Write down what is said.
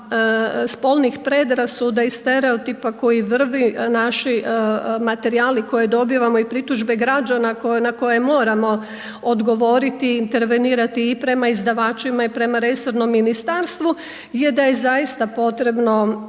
spolnih predrasuda i stereotipa koji vrvi naši materijali koje dobivamo i pritužbe građana na koje moramo odgovoriti, intervenirati i prema izdavačima i prema resornom ministarstvu je da je zaista potrebno